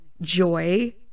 joy